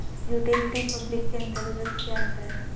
Utility public के अंतर्गत क्या आता है?